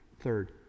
Third